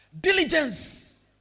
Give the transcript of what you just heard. Diligence